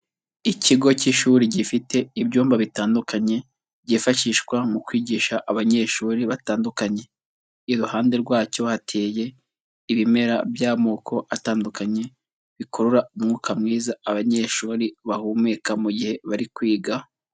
Ikigo cy'ishuri gifite ibyumba bitandukanye byifashishwa mu kwigisha abanyeshuri batandukanye, iruhande rwacyo hateye ibimera by'amoko atandukanye bikurura umwuka mwiza abanyeshuri bahumeka mu gihe bari kwiga.